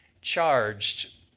charged